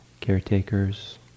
caretakers